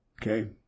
Okay